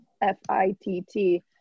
F-I-T-T